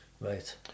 Right